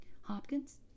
Hopkins